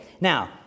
Now